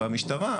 והמשטרה,